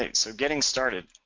ah so getting started.